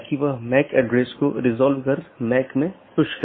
तो यह एक सीधे जुड़े हुए नेटवर्क का परिदृश्य हैं